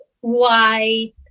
white